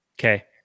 Okay